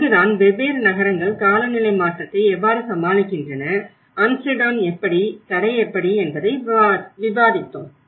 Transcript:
அங்குதான் வெவ்வேறு நகரங்கள் காலநிலை மாற்றத்தை எவ்வாறு சமாளிக்கின்றன ஆம்ஸ்டர்டாம் எப்படி தடை எப்படி என்பதை நாம் விவாதித்தோம்